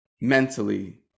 mentally